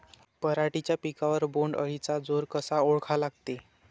पराटीच्या पिकावर बोण्ड अळीचा जोर कसा ओळखा लागते?